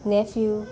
nephew